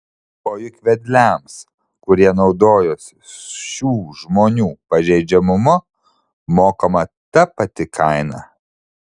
o juk vedliams kurie naudojosi šių žmonių pažeidžiamumu mokama ta pati kaina